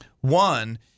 One